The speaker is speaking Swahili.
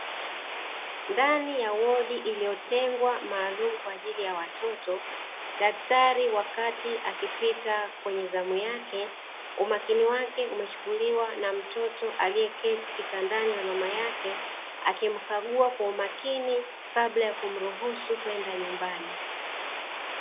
Ndani ya wodi iliyotengwa maalumu kwa ajili ya watoto, daktari wakati akipita kwenye zamu yake, umakini wake umechukuliwa na mtoto aliyeketi kitandani na mama yake akimkagua kwa umakini kabla ya kumruhusu kwenda nyumbani.